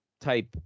type